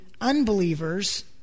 unbelievers